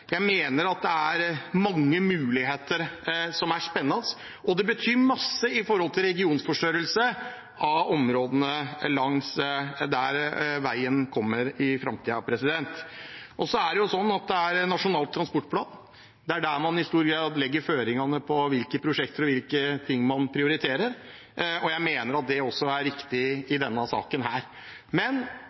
Jeg mener at det er mange spennende muligheter, og det betyr masse for regionforstørringen i de områdene der veien kommer i framtiden. Det er i Nasjonal transportplan man i stor grad legger føringene for hvilke prosjekter og hvilke ting man prioriterer, og jeg mener at det også er riktig i denne saken. Men